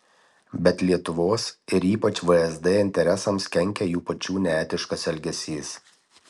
bet lietuvos ir ypač vsd interesams kenkia jų pačių neetiškas elgesys